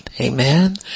Amen